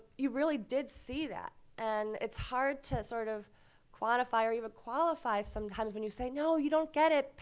you really did see that. and it's hard to sort of quantify or even qualify sometimes when you say, no, you don't get it.